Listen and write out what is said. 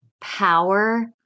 power